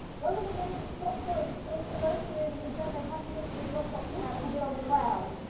one of the main plot points in the emoji movie is that they have to get to the dropbox, have to get on the cloud.